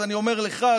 אז אני אומר לך,